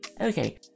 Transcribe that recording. Okay